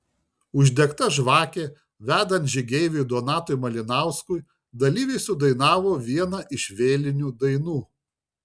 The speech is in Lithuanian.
uždegta žvakė vedant žygeiviui donatui malinauskui dalyviai sudainavo vieną iš vėlinių dainų